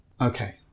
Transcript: Okay